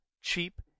cheap